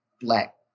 Black